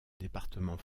département